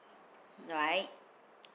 alright